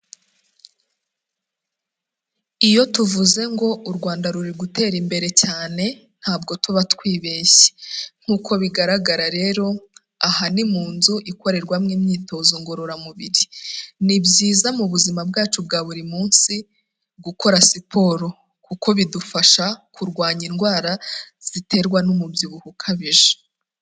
Iyo tuvuze ngo u Rwanda ruri gutera imbere cyane ntabwo tuba twibeshye nk'uko bigaragara rero aha ni mu nzu ikorerwamo imyitozo ngororamubiri, ni byiza mu buzima bwacu bwa buri munsi gukora siporo kuko bidufasha kurwanya indwara ziterwa n'umubyibuho ukabije.